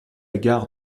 gare